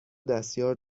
دستیار